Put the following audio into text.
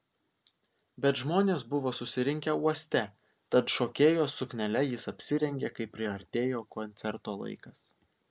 bet žmonės buvo susirinkę uoste tad šokėjos suknele jis apsirengė kai priartėjo koncerto laikas